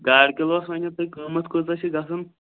گاڈٕ کِلوٗوَس ؤنِو تُہۍ قۭمَتھ کوٗتاہ چھِ گَژھان